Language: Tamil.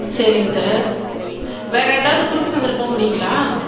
சரிங் சார் வேறே எதாவது குறுக்கு சந்தில் போகமுடியுங்களா